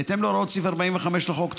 בהתאם להוראות סעיף 45 לחוק,